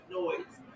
noise